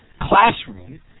classroom